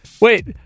Wait